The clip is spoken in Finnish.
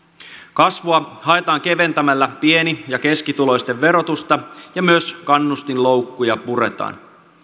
kasvua haetaan keventämällä pieni ja keskituloisten verotusta ja myös kannustinloukkuja puretaan